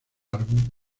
álbum